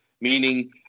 meaning